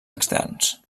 externs